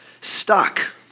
stuck